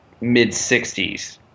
mid-60s